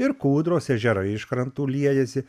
ir kūdros ežerai iš krantų liejasi